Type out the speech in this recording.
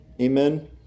Amen